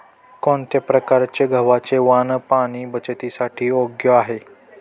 कोणत्या प्रकारचे गव्हाचे वाण पाणी बचतीसाठी योग्य आहे?